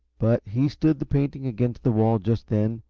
but he stood the painting against the wall, just then,